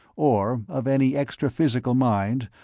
or of any extraphysical mind,